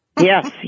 yes